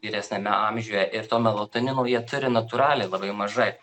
vyresniame amžiuje ir to melatonino jie turi natūraliai labai mažai